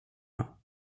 mains